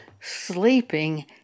sleeping